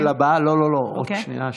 עוד שנייה.